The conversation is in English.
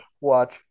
Watch